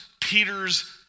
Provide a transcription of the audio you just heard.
Peter's